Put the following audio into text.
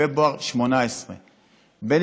ופברואר 2018. זה בין